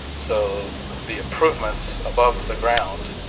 so the improvements above the ground